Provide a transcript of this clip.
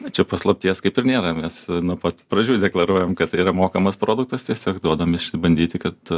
čia paslapties kaip ir nėra mes nuo pat pradžių deklaruojam kad tai yra mokamas produktas tiesiog duodam išsibandyti kad